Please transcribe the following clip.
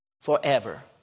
forever